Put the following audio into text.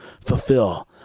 fulfill